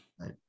Right